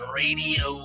radio